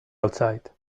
outside